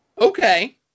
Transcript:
Okay